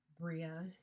Bria